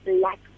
black